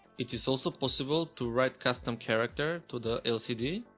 it is also possible to write custom character to the lcd.